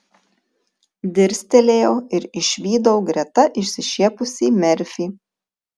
dirstelėjau ir išvydau greta išsišiepusį merfį